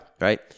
Right